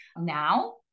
Now